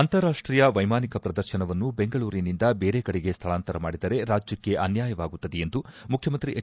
ಅಂತಾರಾಷ್ಟೀಯ ವೈಮಾನಿಕ ಪ್ರದರ್ಶನವನ್ನು ಬೆಂಗಳೂರಿನಿಂದ ಬೇರೆ ಕಡೆಗೆ ಸ್ಥಳಾಂತರ ಮಾಡಿದರೆ ರಾಜ್ಯಕ್ಕೆ ಅನ್ಯಾಯವಾಗುತ್ತದೆ ಎಂದು ಮುಖ್ಯಮಂತ್ರಿ ಹೆಚ್